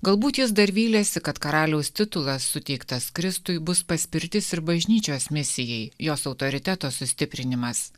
galbūt jis dar vylėsi kad karaliaus titulas suteiktas kristui bus paspirtis ir bažnyčios misijai jos autoriteto sustiprinimas